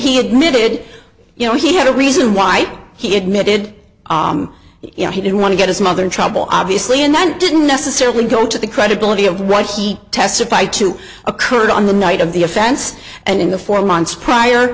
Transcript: he admitted you know he had a reason why he admitted you know he didn't want to get his mother in trouble obviously and that didn't necessarily go into the credibility of what he testified to occurred on the night of the offense and in the four months prior